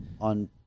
on